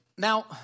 Now